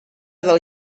del